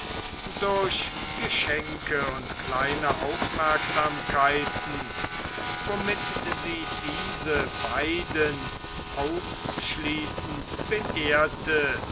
durch geschenke und kleine aufmerksamkeiten womit sie diese beiden ausschließend beehrte